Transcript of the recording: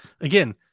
again